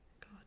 God